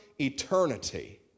eternity